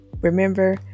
Remember